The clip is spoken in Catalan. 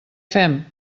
fem